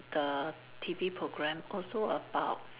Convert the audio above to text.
the T_V programme also about